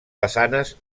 façanes